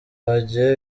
bagiye